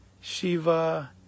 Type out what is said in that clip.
Shiva